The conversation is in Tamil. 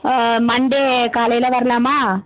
மண்டே காலையில் வரலாமா